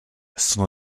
sono